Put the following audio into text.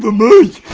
but mood